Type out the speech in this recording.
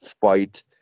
fight